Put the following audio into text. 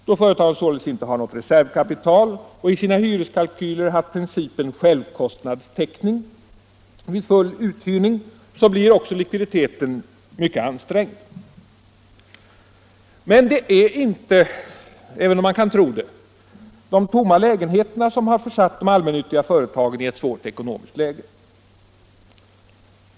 Då företaget således inte har något reservkapital och i sina hyreskalkyler haft principen självkostnadstäckning vid full uthyrning, blir också likviditeten mycket ansträngd. Men det är inte —- även om man kan tro det —- de tomma lägenheterna som har försatt de allmännyttiga företagen i ett svårt ekonomiskt läge.